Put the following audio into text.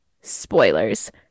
spoilers